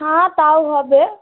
হ্যাঁ তাও হবে